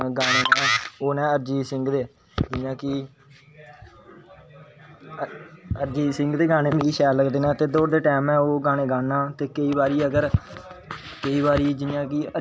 जेह्ड़ी शुरुआत मेरी होई ओह् स्कूल लैवल पर जिसले चित्तरकारी दी क्लास होंदी ही ओह्दे बिच्च सारें कोलूं पैह्लैं साह्नू सखाया कि तिन्न जेह्ड़े प्राईमरी कल्लर न